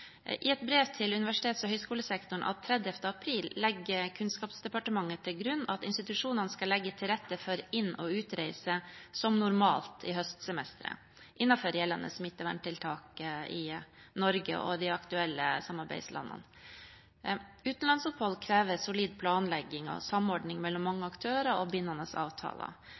I et brev til universitets- og høyskolesektoren av 30. april legger Kunnskapsdepartementet til grunn at institusjonene skal legge til rette for inn- og utreise som normalt i høstsemesteret innenfor gjeldende smitteverntiltak i Norge og i de aktuelle samarbeidslandene. Utenlandsopphold krever solid planlegging og samordning mellom mange aktører og bindende avtaler.